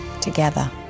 together